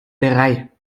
drei